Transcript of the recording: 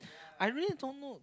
I really don't know